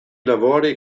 lavori